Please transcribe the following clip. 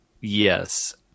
yes